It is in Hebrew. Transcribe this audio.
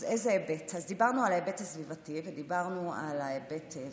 אז דיברנו על ההיבט הסביבתי ודיברנו על ההיבט הזה.